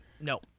no